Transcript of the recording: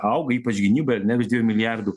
auga ypač gynybai ar ne virš dviejų milijardų